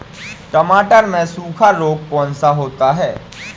टमाटर में सूखा रोग कौन सा होता है?